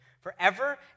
Forever